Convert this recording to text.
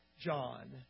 John